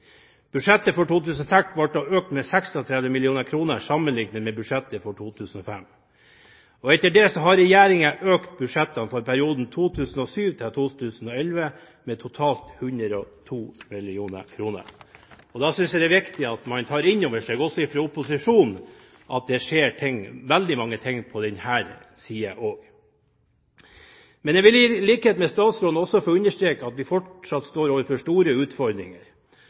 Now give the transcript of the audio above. Budsjettet for 2006 ble økt med 36 mill. kr sammenlignet med budsjettet for 2005. Etter det har regjeringen økt budsjettene for perioden 2007–2011 med totalt 102 mill. kr. Da synes jeg det er viktig at man tar inn over seg, også opposisjonen, at det skjer ting – veldig mange ting – på denne siden også. Men jeg vil i likhet med statsråden også få understreke at vi fortsatt står overfor store utfordringer.